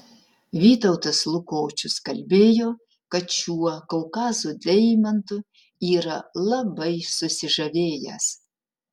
vytautas lukočius kalbėjo kad šiuo kaukazo deimantu yra labai susižavėjęs